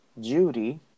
Judy